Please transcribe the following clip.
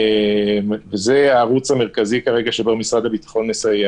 וזה הערוץ המרכזי שבו משרד הביטחון מסייע כרגע.